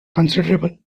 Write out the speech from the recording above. considerable